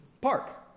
Park